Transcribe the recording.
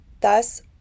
Thus